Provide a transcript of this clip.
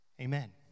Amen